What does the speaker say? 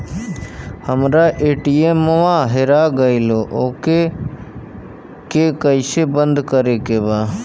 हमरा ए.टी.एम वा हेरा गइल ओ के के कैसे बंद करे के बा?